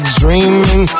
dreaming